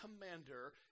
commander